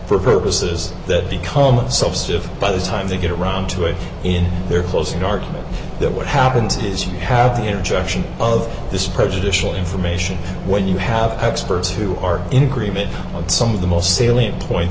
for purposes that become a substitute by the time they get around to it in their closing argument that what happens is you have the introduction of this prejudicial information when you have experts who are in agreement on some of the most salient point